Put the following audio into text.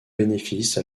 bénéfice